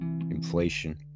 inflation